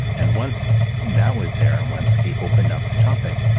and once that was there and once we opened up the topic,